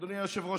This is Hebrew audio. אדוני היושב-ראש,